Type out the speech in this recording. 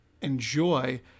enjoy